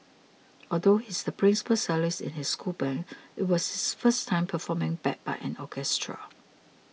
although he is the principal cellist in his school band it was his first time performing backed by an orchestra